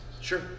Sure